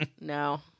No